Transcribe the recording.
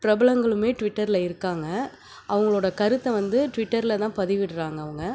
பிரபலங்களும் ட்விட்டரில் இருக்காங்க அவங்களோட கருத்தை வந்து ட்விட்டரில் தான் பதிவிடுறாங்க அவங்க